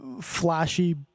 flashy